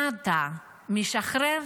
מה אתה, משחרר